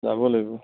যাব লাগিব